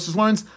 learns